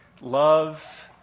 love